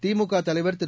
திமுக தலைவர் திரு